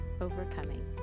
overcoming